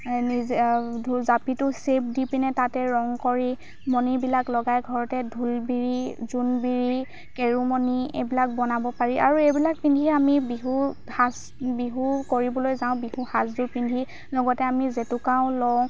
নিজে জাপিটো শ্বে'প দিপিনে তাতে ৰং কৰি মণিবিলাক লগাই ঘৰতে ঢোলবিৰি জোনবিৰি কেৰুমণি এইবিলাক বনাব পাৰি আৰু এইবিলাক পিন্ধি আমি বিহু সাজ বিহু কৰিবলৈ যাওঁ বিহু সাজযোৰ পিন্ধি লগতে আমি জেতুকাও লওঁ